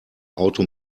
auto